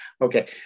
Okay